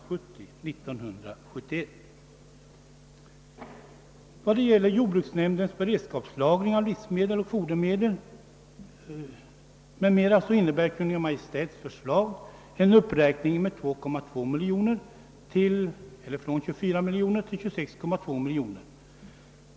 Vad gäller jordbruksnämndens beredskapslagring av livsmedel och fodermedel m.m. innebär Kungl. Maj:ts förslag en uppräkning med 2,2 miljoner till 26,2 miljoner kronor.